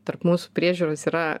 tarp mūsų priežiūros yra